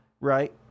right